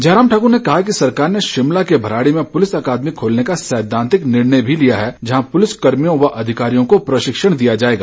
जयराम ठाकुर ने कहा कि सरकार ने शिमला के भराड़ी में पुलिस अकादमी खोलने का सैद्वांतिक निर्णय भी लिया है जहां पुलिस कर्मियों व अधिकारियों को प्रशिक्षण दिया जाएगा